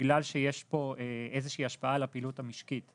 בגלל שיש פה איזה שהיא השפעה על הפעילות המשקית,